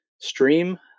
stream